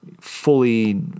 fully